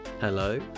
Hello